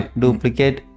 duplicate